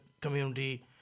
community